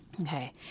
Okay